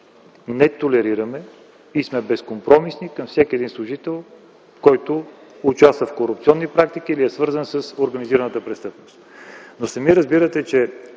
не толерираме и сме безкомпромисни към всеки служител, който участва в корупционни практики или е свързан с организираната престъпност. Сами разбирате, че